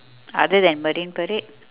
other than marine-parade